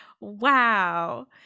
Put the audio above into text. wow